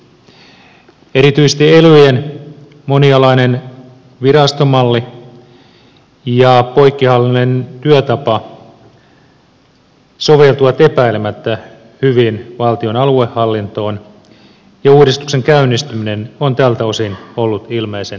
erityisesti elyjen monialainen virastomalli ja poikkihallinnollinen työtapa soveltuvat epäilemättä hyvin valtion aluehallintoon ja uudistuksen käynnistyminen on tältä osin ollut ilmeisen onnistunut